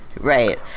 right